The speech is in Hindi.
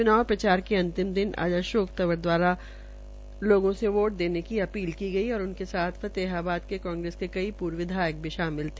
च्नाव प्रचार के अंतिम दिन आज अशोक तंवर दवारा लोगों से वोट देने की अपील की गई उनके साथ फतेहाबाद के कांग्रेस के कई पूर्व विधायक भी शामिल रहे